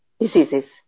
diseases